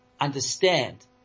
understand